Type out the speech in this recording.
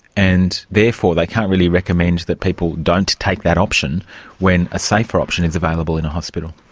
and therefore they can't really recommend that people don't take that option when a safer option is available in a hospital.